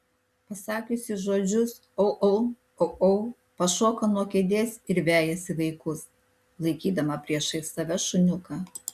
pasakiusi žodžius au au au au pašoka nuo kėdės ir vejasi vaikus laikydama priešais save šuniuką